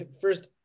first